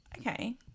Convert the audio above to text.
Okay